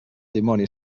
dimoni